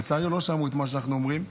לצערי לא שמעו את מה שאנחנו אומרים.